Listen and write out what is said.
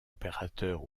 opérateur